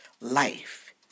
life